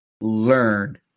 learned